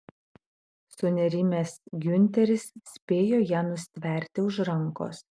sunerimęs giunteris spėjo ją nustverti už rankos